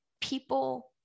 people